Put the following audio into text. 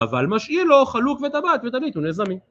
אבל משאיר לו חלוק וטבעת ותווית ונזמים